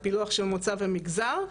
ובפילוח של מוצא ומגזר,